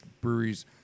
breweries